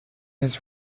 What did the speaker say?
his